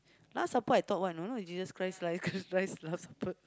last supper I thought what know know Jesus-Christ last supper